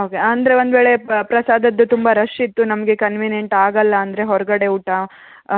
okay ಅಂದರೆ ಒಂದು ವೇಳೆ ಪ್ರಸಾದದ್ದು ತುಂಬ ರಶ್ ಇತ್ತು ನಮಗೆ ಕನ್ವಿನೆಂಟ್ ಆಗಲ್ಲ ಅಂದರೆ ಹೊರಗಡೆ ಊಟ